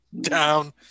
down